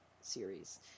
series